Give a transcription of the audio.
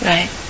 Right